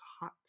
hot